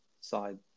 side